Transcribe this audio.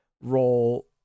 role